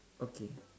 okay